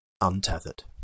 untethered